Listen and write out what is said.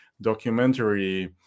documentary